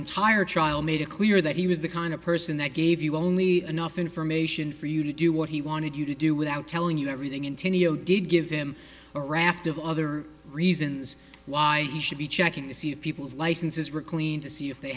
entire trial made it clear that he was the kind of person that gave you only enough information for you to do what he wanted you to do without telling you everything and to neo did give him a raft of other reasons why he should be checking to see people's licenses reclean to see if they